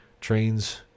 Trains